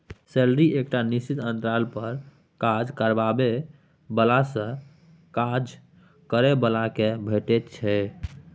salary एकटा निश्चित अंतराल पर काज करबाबै बलासँ काज करय बला केँ भेटै छै